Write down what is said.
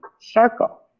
circle